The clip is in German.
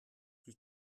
die